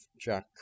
Jack